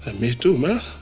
and me too, man.